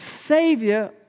Savior